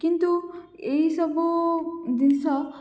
କିନ୍ତୁ ଏଇସବୁ ଜିନିଷ